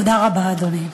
תודה רבה, אדוני.